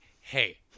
Hey